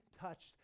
touched